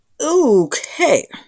okay